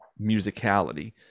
musicality